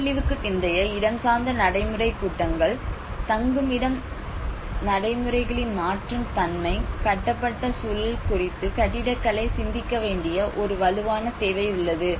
பேரழிவுக்குப் பிந்தைய இடஞ்சார்ந்த நடைமுறை கூட்டங்கள் தங்குமிடம் நடைமுறைகளின் மாற்றும் தன்மை கட்டப்பட்ட சூழல் குறித்து கட்டிடக்கலை சிந்திக்க வேண்டிய ஒரு வலுவான தேவை உள்ளது